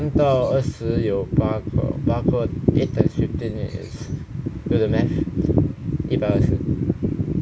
算到二十有八个八个 eight times fifteen is do the math 一百二十